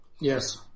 Yes